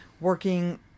working